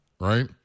right